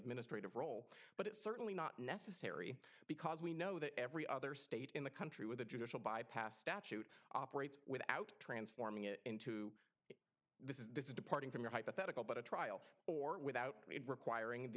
administrative role but it's certainly not necessary because we know that every other state in the country with a judicial bypass statute operates without transforming it into this is departing from your hypothetical but a trial or without requiring